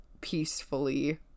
peacefully